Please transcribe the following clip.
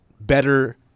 better